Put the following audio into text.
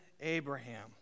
Abraham